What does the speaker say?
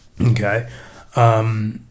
okay